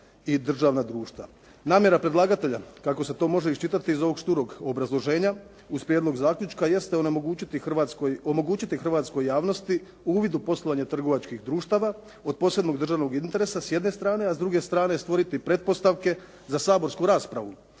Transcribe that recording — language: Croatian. Namjera predlagatelja, kako se to može iščitati iz ovog šturog obrazloženja uz prijedlog zaključka, jeste omogućiti hrvatskoj javnosti uvid u poslovanje trgovačkih društava od posebnog državnog interesa s jedne strane, a s druge strane stvoriti pretpostavke za saborsku raspravu